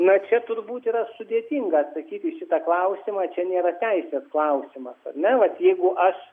na čia turbūt yra sudėtinga atsakyti į šitą klausimą čia nėra teisės klausimas ar ne vat jeigu aš